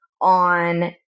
on